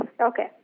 Okay